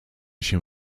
się